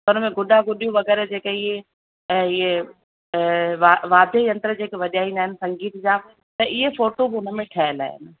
त हुन में गुॾा गुॾियूं वग़ैरह जेके इहे ऐं इहे वा वाद्य यंत्र जेके वॼाईंदा आहिनि संगीत जा त इहे फ़ोटूं बि हिन में ठहियल आहिनि